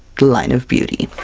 the line of beauty!